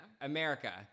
America